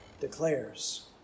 declares